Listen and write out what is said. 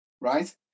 right